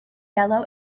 yellow